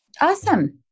Awesome